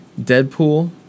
Deadpool